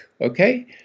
okay